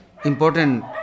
Important